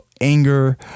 anger